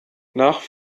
nach